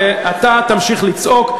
ואתה תמשיך לצעוק.